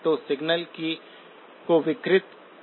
तो सिग्नल को विकृत नहीं करता है